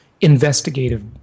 investigative